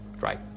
Right